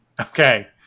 Okay